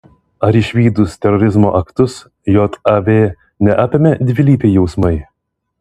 ar išvydus terorizmo aktus jav neapėmė dvilypiai jausmai